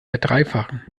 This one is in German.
verdreifachen